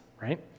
right